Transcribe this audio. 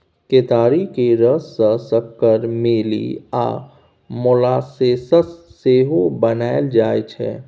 केतारी केर रस सँ सक्कर, मेली आ मोलासेस सेहो बनाएल जाइ छै